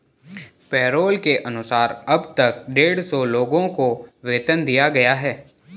payroll के अनुसार अब तक डेढ़ सौ लोगों को वेतन दिया गया है